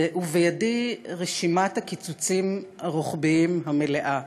ובידי רשימת הקיצוצים הרוחביים המלאה.